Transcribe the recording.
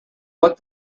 but